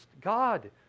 God